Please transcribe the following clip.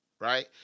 right